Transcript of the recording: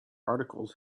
articles